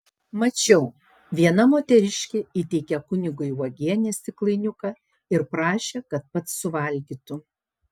mačiau viena moteriškė įteikė kunigui uogienės stiklainiuką ir prašė kad pats suvalgytų